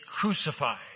crucified